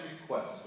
request